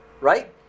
right